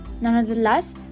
Nonetheless